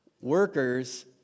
Workers